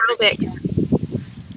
aerobics